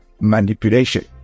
manipulation